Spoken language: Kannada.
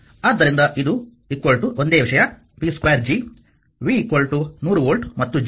ಆದ್ದರಿಂದ ಇದು ಒಂದೇ ವಿಷಯ v2 G v100 ವೋಲ್ಟ್ ಮತ್ತು G 0